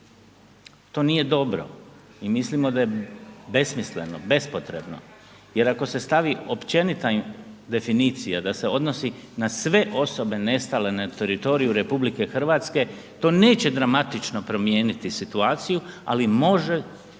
To nije dobro i mislimo da je besmisleno, bespotrebno jer ako se stavi općenita definicija da se odnosi na sve osobe nestalne na teritoriju RH, to neće dramatično promijeniti situaciju ali može